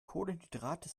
kohlenhydrate